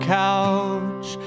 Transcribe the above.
couch